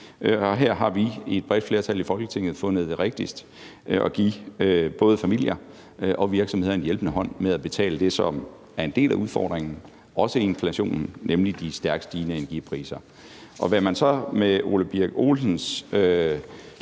her har vi i et bredt flertal i Folketinget fundet det rigtigst at give både familier og virksomheder en hjælpende hånd med at håndtere det, som er en del af udfordringen og også inflationen, nemlig de stærkt stigende energipriser. Hvad man så med Ole Birk Olesens